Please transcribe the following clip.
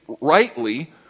rightly